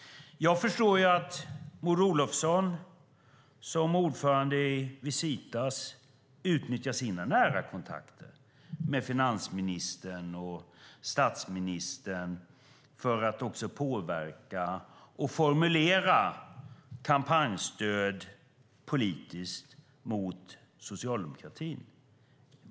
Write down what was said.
Jag förstår att Maud Olofsson som ordförande i Visita utnyttjar sina nära kontakter med finansministern och statministern för att påverka och formulera kampanjstöd politiskt mot socialdemokratin.